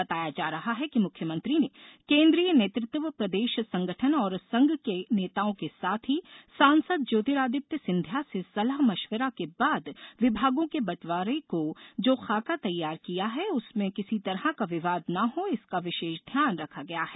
बताया जा रहा है कि मुख्यमंत्री ने केंद्रीय नेतृत्व प्रदेश संगठन और संघ के नेताओं के साथ ही सांसद ज्योतिरादित्य सिंधिया से सलाह मशविरा के बाद विभागों के बटवारा का जो खाका तैयार किया है उसमें किसी तरह का विवाद ना हो इसका विशेष ध्यान रखा गया है